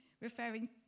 referring